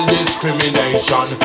discrimination